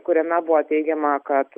kuriame buvo teigiama kad